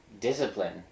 discipline